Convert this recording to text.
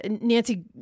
Nancy